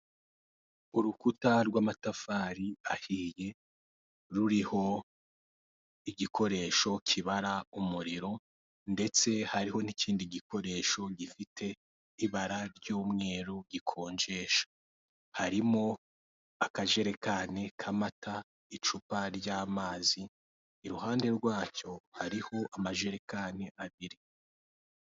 Urukuta rw'amatafari ahiye ruriho igikoresho kibara umuriro ndetse hariho n'ikindi gikoresho gifite ibara ry'umweru gikonjesha harimo akajerekane k'amata icupa ry'amazi iruhande rwacyo hariho amajerekani abiri.